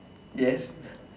yes